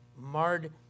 marred